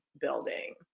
building